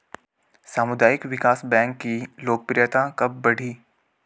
सामुदायिक विकास बैंक की लोकप्रियता कब बढ़ी?